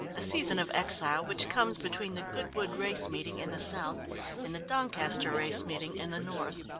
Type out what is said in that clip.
a season of exile which comes between the goodwood race meeting in the south and the doncaster race meeting in the north.